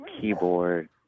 keyboard